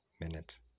minutes